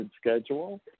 schedule